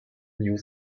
new